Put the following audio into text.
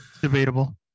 debatable